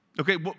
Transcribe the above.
Okay